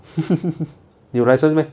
你有 license meh